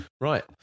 Right